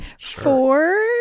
Four